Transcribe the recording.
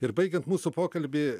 ir baigiant mūsų pokalbį